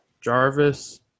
Jarvis